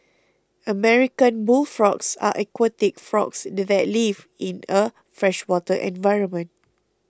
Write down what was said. American bullfrogs are aquatic frogs do that live in a freshwater environment